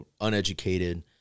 uneducated